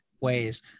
ways